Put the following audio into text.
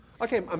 Okay